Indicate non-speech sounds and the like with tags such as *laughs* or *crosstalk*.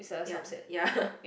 ya ya *laughs*